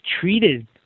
treated